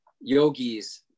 yogis